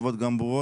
התשובות גם ברורות.